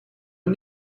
een